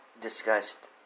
discussed